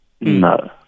No